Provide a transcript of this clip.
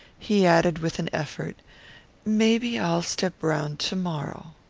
he added with an effort maybe i'll step round to-morrow.